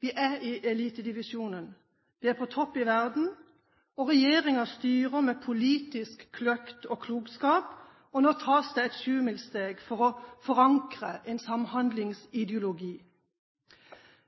Vi er i elitedivisjonen. Vi er på topp i verden. Regjeringen styrer med politisk kløkt og klokskap, og nå tas det et sjumilssteg for å forankre en samhandlingsideologi.